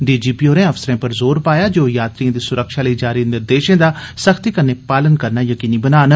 DGP होरें अफसरें पर जोर पाया जे ओह यात्रिएं दी सुरक्षा लेई जारी निर्देषें दा सख्ती कन्नै पालन यकीनी बनान